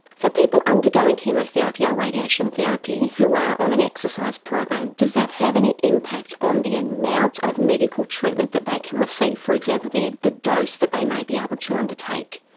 for people undergoing chemotherapy or radiation therapy who are on an exercise program, does that have any impact on the amount of medical treatment that they can receive? for example, the the dose that they may be able to undertake?